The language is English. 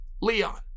Leon